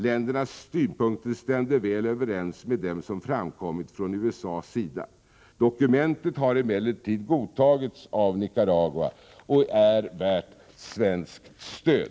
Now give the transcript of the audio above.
Ländernas synpunkter stämde väl överens med dem som framkommit från USA:s sida. Dokumentet har emellertid godtagits av Nicaragua och är värt svenskt stöd.